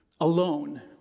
alone